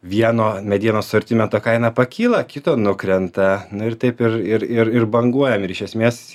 vieno medienos asortimento kaina pakyla kito nukrenta nu ir taip ir ir ir ir banguojam ir iš esmės